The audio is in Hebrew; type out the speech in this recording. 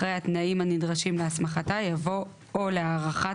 אחרי "התנאים הנדרשים להסמכתה" יבוא "או להארכת